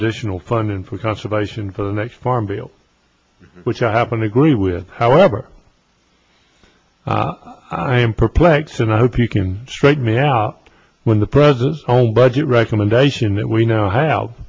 additional funding for conservation for the next farm bill which i happen to agree with however i am perplexed and i hope you can straighten me out when the president's whole budget recommendation that we know how